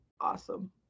awesome